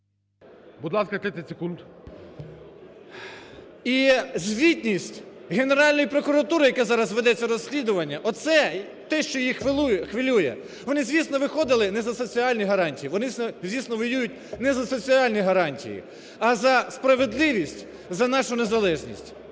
Будь ласка, 30 секунд. ЛУЦЕНКО І.В. ...і звітність Генеральної прокуратури, яка зараз веде це розслідування. Оце те, що їх хвилює, вони, звісно, виходили не за соціальні гарантії, вони, звісно, воюють не за соціальні гарантії, а за справедливість, за нашу незалежність.